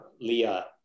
Leah